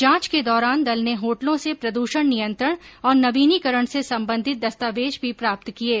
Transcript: जांच के दौरान दल ने होटलों से प्रद्षण नियंत्रण और नवीनीकरण से संबंधित दस्तावेज भी प्राप्त किये